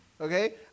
okay